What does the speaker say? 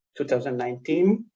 2019